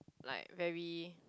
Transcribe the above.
like very